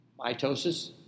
Mitosis